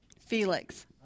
Felix